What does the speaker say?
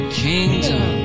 kingdom